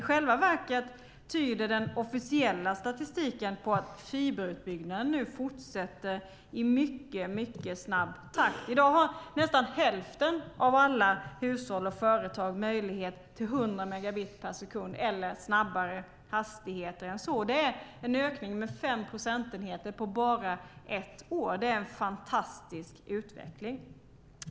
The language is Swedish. I själva verket tyder den officiella statistiken på att fiberutbyggnaden nu fortsätter i mycket snabb takt. I dag har nästan hälften av alla hushåll och företag möjlighet till 100 megabit per sekund eller snabbare hastigheter än så. Det är en ökning med 5 procentenheter på bara ett år. Det är en fantastisk utveckling.